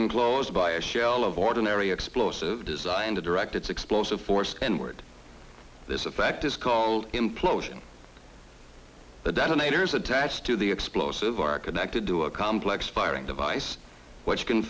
enclosed by a shell of ordinary explosive designed to direct its explosive force and word this effect is called implosion the detonators attached to the explosive are connected to a complex firing device which can